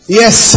yes